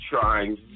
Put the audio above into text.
trying